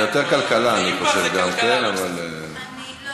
זה יותר כלכלה, גם אני חושב.